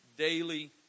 daily